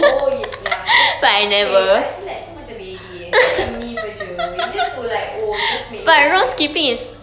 oh ya ye~ okay I feel like itu macam bede~ saja macam myth saja it's just to like oh just make you exercise